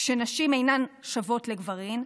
כשנשים אינן שוות לגברים,